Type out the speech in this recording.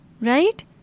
right